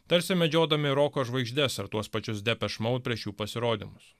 tarsi medžiodami roko žvaigždes ar tuos pačius depeche mode prieš jų pasirodymus